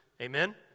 Amen